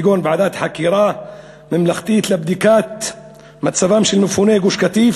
כגון ועדת חקירה ממלכתית לבדיקת מצבם של מפוני גוש-קטיף,